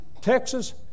Texas